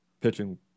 Pitching